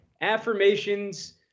affirmations